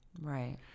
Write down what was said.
Right